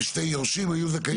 שני היורשים היו זכאים?